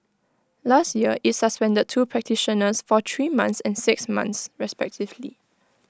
last year IT suspended two practitioners for three months and six months respectively